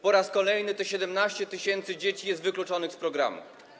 Po raz kolejny te 17 tys. dzieci jest wykluczonych z programu.